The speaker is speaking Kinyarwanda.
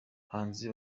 bahanzi